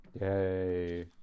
yay